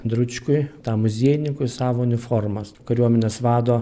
dručkui tam muziejininkui savo uniformas kariuomenės vado